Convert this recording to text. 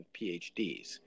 PhDs